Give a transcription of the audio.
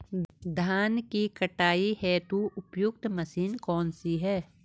धान की कटाई हेतु उपयुक्त मशीन कौनसी है?